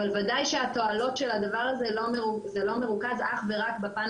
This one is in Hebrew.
אבל ודאי שהתועלות של הדבר הזה לא מרוכזות אך ורק בפן